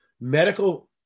medical